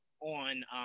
On